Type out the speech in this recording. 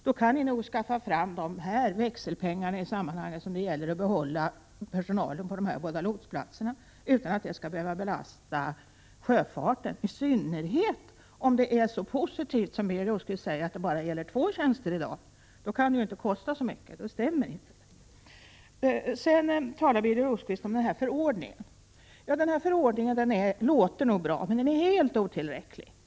Då kan ni nog också få fram de växelpengar som det är fråga om i det här sammanhanget för att behålla personalen på dessa båda lotsplatser utan att det skall behöva belasta sjöfarten. Det kan ni säkert göra, i synnerhet om det som Birger Rosqvist säger är så positivt att det i dag gäller bara två tjänster. Det kan ju inte kosta så mycket. Birger Rosqvist talade vidare om förordningen. Det låter nog bra med den, men den är helt otillräcklig.